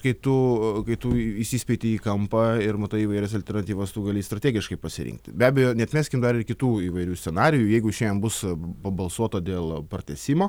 kai tu kai tu įsispieti į kampą ir matai įvairias alternatyvas tu gali strategiškai pasirinkti be abejo neatmeskim dar ir kitų įvairių scenarijų jeigu šiandien bus pabalsuota dėl pratęsimo